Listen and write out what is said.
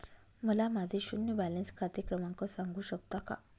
मला माझे शून्य बॅलन्स खाते क्रमांक सांगू शकता का?